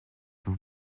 vous